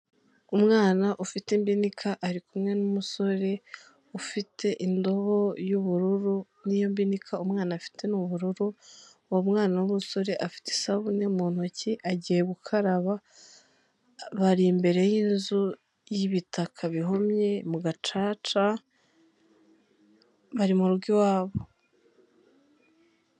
Umwana ufite imbinika, ari kumwe n'umusore ufite indobo y'ubururu, n'iyo mbinika umwana afite ni ubururu, uwo mwana w'umusore afite isabune mu ntoki, agiye gukaraba, bari imbere y'inzu y'ibitaka bihumye mu gacaca, bari mu rugo iwabo.